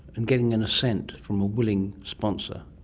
and getting an assent from a willing sponsor.